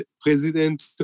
president